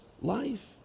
life